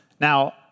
Now